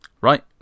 right